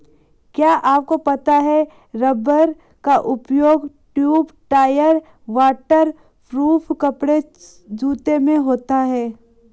क्या आपको पता है रबर का उपयोग ट्यूब, टायर, वाटर प्रूफ कपड़े, जूते में होता है?